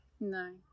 No